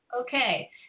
Okay